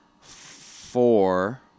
four